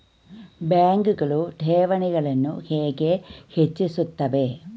ಬ್ಯಾಂಕುಗಳು ಠೇವಣಿಗಳನ್ನು ಹೇಗೆ ಹೆಚ್ಚಿಸುತ್ತವೆ?